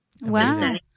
Wow